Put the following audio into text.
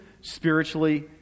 spiritually